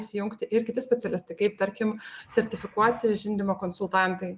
įsijungti ir kiti specialistai kaip tarkim sertifikuoti žindymo konsultantai